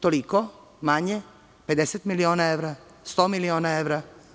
Toliko, manje, 50 miliona evra, 100 miliona evra?